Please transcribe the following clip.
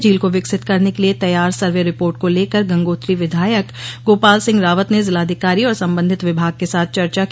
झील को विकसित करने के लिए तैयार सर्वे रिर्पोट को लेकर गंगोत्री विधायक गोपाल सिह रावत ने जिलाधिकारी और संबंधित विभाग के साथ चर्चा की